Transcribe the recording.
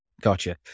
Gotcha